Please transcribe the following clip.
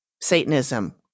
Satanism